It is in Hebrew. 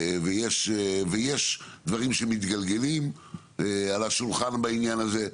ויש דברים שמתגלגלים על השולחן בעניין הזה,